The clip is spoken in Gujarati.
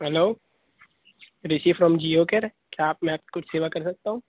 hello Rishi from Jio care કયા મેં આપકી કુછ સેવા કર સકતા હું